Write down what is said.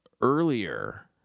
earlier